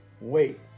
Wait